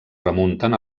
remunten